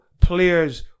players